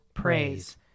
praise